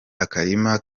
akarima